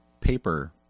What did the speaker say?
paper